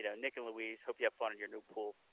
you know nick and louise, hope you have fun in your new pool.